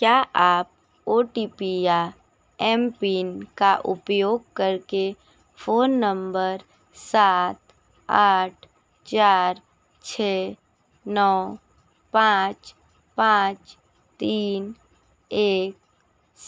क्या आप O T P या एम पिन का उपयोग करके फ़ोन नंबर सात आठ चार छः नौ पाँच पाँच तीन एक